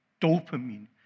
dopamine